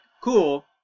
cool